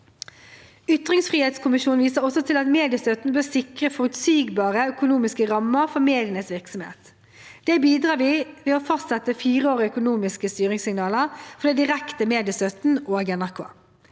Ytringsfrihetskommisjonen viser også til at mediestøtten bør sikre forutsigbare økonomiske rammer for medienes virksomhet. Det bidrar vi til ved å fastsette fireårige økonomiske styringssignaler for den direkte mediestøtten og NRK.